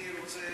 אני רוצה